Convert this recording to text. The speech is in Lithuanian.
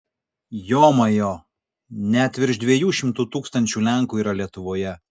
jomajo net virš dviejų šimtų tūkstančių lenkų yra lietuvoje